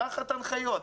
תחת הנחיות?